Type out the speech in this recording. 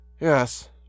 yes